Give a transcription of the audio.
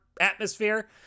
atmosphere